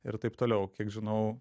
ir taip toliau kiek žinau